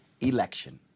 election